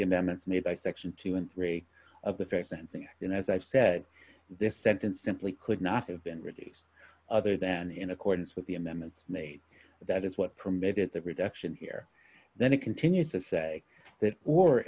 the amendments made by section two and three of the st sensing then as i've said this sentence simply could not have been reduced other than in accordance with the amendments made that is what permitted the reduction here then it continues to say that